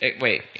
wait